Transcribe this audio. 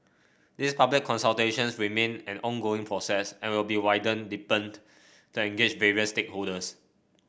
these public consultations remain an ongoing process and will be widened and deepened to engage various stakeholders